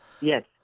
Yes